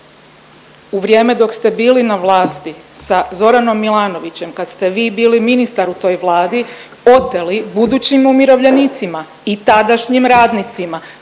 u vrijeme dok ste bili na vlasti sa Zoranom Milanovićem, kad ste vi bili ministar u toj Vladi oteli budućim umirovljenicima i tadašnjim radnicima